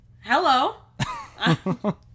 Hello